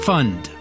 Fund